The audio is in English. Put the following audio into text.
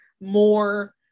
more